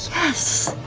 yes!